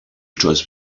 choice